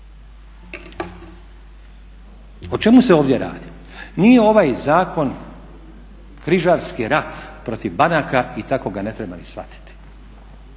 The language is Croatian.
O čemu se ovdje radi? Nije ovaj zakon križarski rat protiv banaka i tako ga ne treba ni shvatiti.